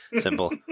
simple